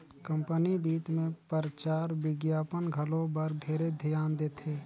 company बित मे परचार बिग्यापन घलो बर ढेरे धियान देथे